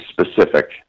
specific